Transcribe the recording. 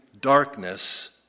darkness